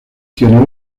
tiene